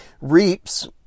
reaps